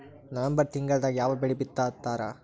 November ತಿಂಗಳದಾಗ ಯಾವ ಬೆಳಿ ಬಿತ್ತತಾರ?